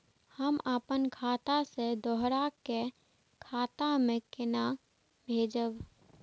हम आपन खाता से दोहरा के खाता में केना भेजब?